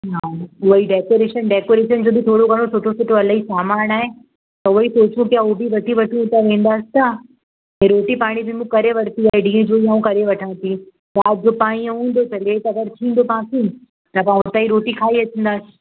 हा उहोई decoration decoration जो बि थोरो घणो सुठो सुठो इलाही सामानु आहे त उहोई सोचियूं पिया हो बि वठी वठूं त वेंदासि छा त रोटी पाणी बि मूं करे वरिती आहे ॾींहं जूं ऐं करे वठां थी राति जो पाणी न हूंदो त लेट अगरि थींदो तव्हां खे त मां हुते ई रोटी खाई ईंदासे